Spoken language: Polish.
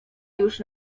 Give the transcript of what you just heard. już